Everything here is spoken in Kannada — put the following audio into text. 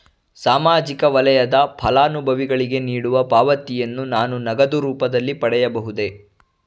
ಸಾಮಾಜಿಕ ವಲಯದ ಫಲಾನುಭವಿಗಳಿಗೆ ನೀಡುವ ಪಾವತಿಯನ್ನು ನಾನು ನಗದು ರೂಪದಲ್ಲಿ ಪಡೆಯಬಹುದೇ?